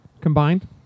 Combined